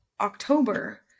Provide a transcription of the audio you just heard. October